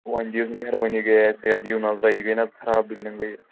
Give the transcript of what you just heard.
وۅنۍ دِیِو میٚہربٲنی گٔییہِ سۅے یتھ دِیُو نَظرا یہِ گٔیہِ نا خراب بِلڈِنٛگٕے